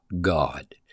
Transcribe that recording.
God